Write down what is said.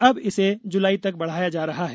अब इसे जुलाई तक बढ़ाया जा रहा है